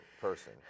person